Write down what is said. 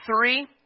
three